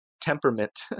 temperament